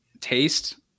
taste